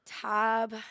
tab